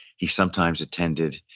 he sometimes attended,